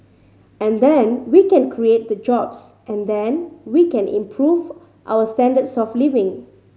and then we can create the jobs and then we can improve our standards of living